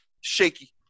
Shaky